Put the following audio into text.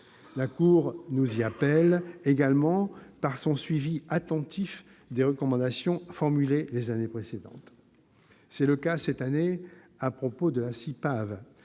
La Cour nous y appelle également par son suivi attentif des recommandations formulées les années précédentes. C'est le cas cette année à propos de la CIPAV,